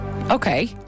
Okay